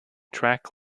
track